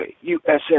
USA